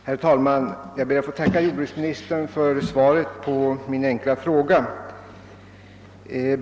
Herr talman! Jag ber att få tacka jordbruksministern för svaret på min enkla fråga.